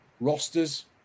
rosters